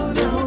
no